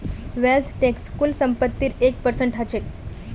wealth tax कुल संपत्तिर एक परसेंट ह छेक